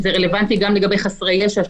זה רלוונטי גם לגבי חסרי ישע.